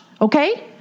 Okay